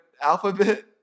alphabet